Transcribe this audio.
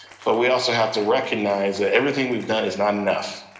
but we also have to recognize that everything we've done is not enough.